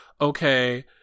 okay